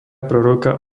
proroka